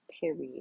period